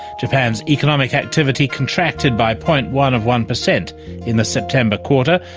japan's economic activity contracted by point one of one per cent in the september quarter.